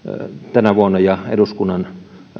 tänä vuonna ja eduskunnan